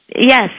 yes